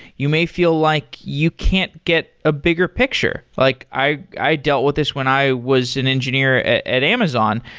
you may feel like you can't get a bigger picture. like i i dealt with this when i was an engineer at amazon.